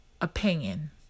opinion